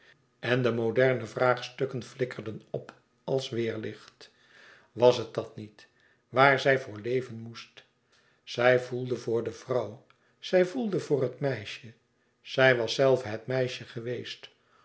en de moderne vraagstukken flikkerden op als wêerlicht was het dat niet waar zij voor leven moest zij voelde voor de vrouw zij voelde voor het meisje zij was zelve het meisje geweest